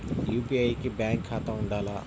UPI కి bank ఖాతా ఉండాల?